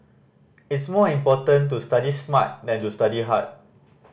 it's more important to study smart than to study hard